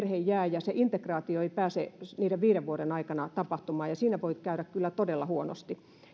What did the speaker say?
ja se integraatio ei pääse niiden viiden vuoden aikana tapahtumaan siinä voi käydä kyllä todella huonosti